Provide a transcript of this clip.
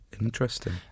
Interesting